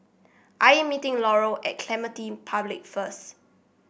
I am meeting Laurel at Clementi Public first